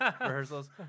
rehearsals